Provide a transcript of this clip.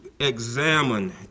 examine